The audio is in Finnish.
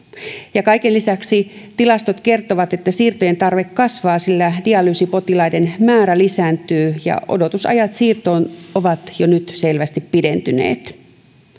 ja kaiken lisäksi tilastot kertovat että siirtojen tarve kasvaa sillä dialyysipotilaiden määrä lisääntyy ja odotusajat siirtoon ovat jo nyt selvästi pidentyneet